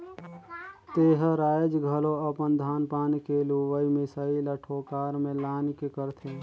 तेहर आयाज घलो अपन धान पान के लुवई मिसई ला कोठार में लान के करथे